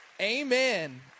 Amen